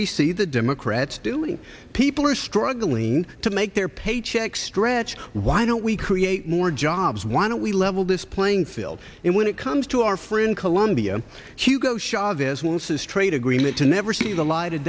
we see the democrats doing people are struggling to make their paycheck stretch why don't we create more jobs why don't we level this playing field and when it comes to our friend colombia hugo chavez wants his trade agreement to never see the light of